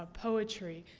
ah poetry.